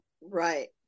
Right